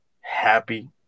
happy